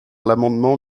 l’amendement